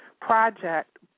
project